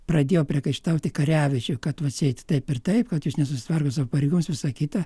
pradėjo priekaištauti karevičiui kad atseit taip ir taip kad jūs nesusitvarkot savo pareigose visa kita